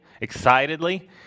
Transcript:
excitedly